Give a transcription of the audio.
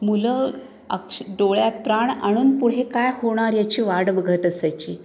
मुलं अक्ष डोळ्यात प्राण आणून पुढे काय होणार याची वाट बघत असायची